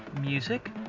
music